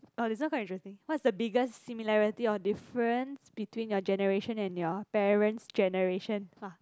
oh this one quite interesting what's the biggest similarity or difference between your generation and your parent's generation !wah!